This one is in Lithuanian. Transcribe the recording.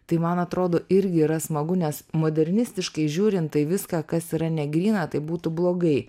tai man atrodo irgi yra smagu nes moderni žiūrint tai viską kas yra negryna tai būtų blogai